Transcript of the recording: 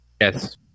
Yes